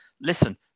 listen